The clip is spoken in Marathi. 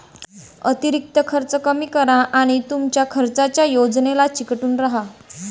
अतिरिक्त खर्च कमी करा आणि तुमच्या खर्चाच्या योजनेला चिकटून राहा